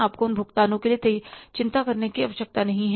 आपको उन भुगतानों के लिए चिंता करने की आवश्यकता नहीं है